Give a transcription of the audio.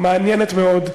מעניינת מאוד,